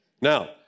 Now